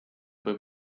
võib